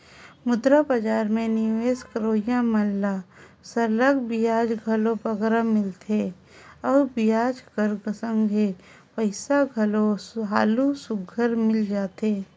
मुद्रा बजार में निवेस करोइया मन ल सरलग बियाज घलो बगरा मिलथे अउ बियाज कर संघे पइसा घलो हालु सुग्घर मिल जाथे